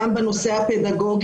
כולל בנושא הפדגוגי.